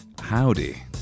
Howdy